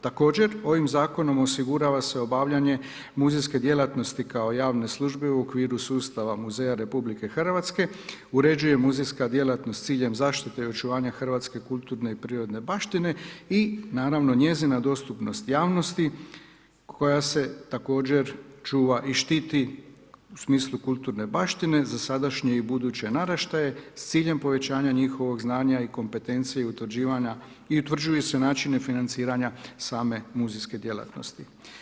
Također ovim zakonom osigurava se obavljanje muzejske djelatnosti kao javne službe u okviru sustava muzeja RH, uređuje muzejska djelatnost s ciljem zaštite i očuvanja hrvatske kulturne i prirodne baštine i naravno njezina dostupnost javnosti koja se također čuva i štiti u smislu kulturne baštine za sadašnje i buduće naraštaje s ciljem povećanja njihovog znanja i kompetencije i utvrđuju se načini financiranja same muzejske djelatnosti.